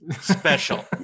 special